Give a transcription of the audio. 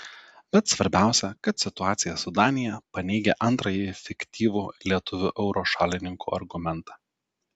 bet svarbiausia kad situacija su danija paneigia antrąjį fiktyvų lietuvių euro šalininkų argumentą